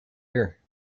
here